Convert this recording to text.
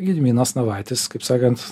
gediminas navaitis kaip sakant